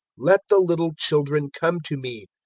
let the little children come to me,